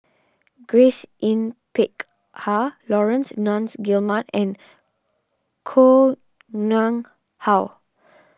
Grace Yin Peck Ha Laurence Nunns Guillemard and Koh Nguang How